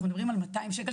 אנחנו מדברים על 200 שקל,